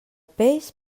peix